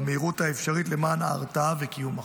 במהירות האפשרית למען ההרתעה וקיום החוק.